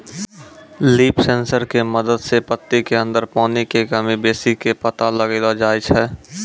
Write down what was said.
leaf sensor के मदद सॅ पत्ती के अंदर पानी के कमी बेसी के पता लगैलो जाय छै